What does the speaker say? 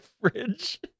fridge